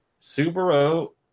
Subaru